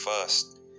first